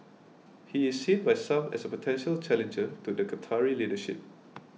he is seen by some as a potential challenger to the Qatari leadership